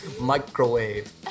Microwave